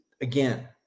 again